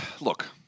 Look